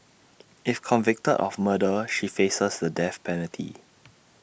if convicted of murder she faces the death penalty